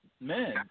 men